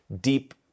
deep